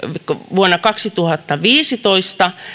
vuonna kaksituhattaviisitoista